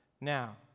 Now